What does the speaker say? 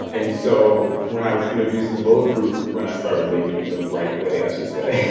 and so when i was introduced to bulletproof, when i started making it the right way i should say,